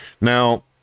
Now